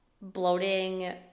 bloating